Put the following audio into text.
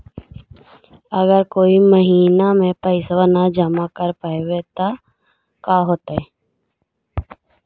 अगर कोई महिना मे पैसबा न जमा कर पईबै त का होतै?